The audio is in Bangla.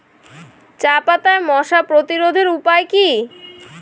চাপাতায় মশা প্রতিরোধের উপায় কি?